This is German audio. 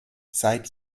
seit